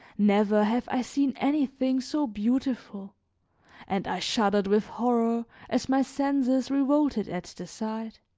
never have i seen anything so beautiful and i shuddered with horror as my senses revolted at the sight.